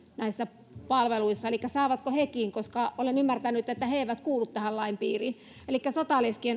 näissä palveluissa elikkä saavatko hekin ne koska olen ymmärtänyt että he eivät kuulu tämän lain piiriin elikkä sotalesket